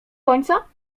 końca